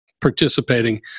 participating